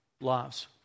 lives